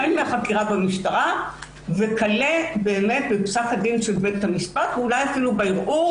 החל מן החקירה במשטרה וכלה בפסק הדין של בית המשפט ואולי אפילו בערעור